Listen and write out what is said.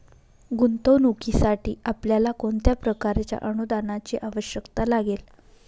गुंतवणुकीसाठी आपल्याला कोणत्या प्रकारच्या अनुदानाची आवश्यकता लागेल?